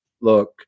look